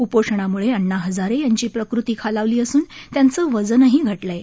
उपोषणामुळे अण्णा हजारे यांची प्रकृती खालावली असून त्यांचं वजनही घटलं आहे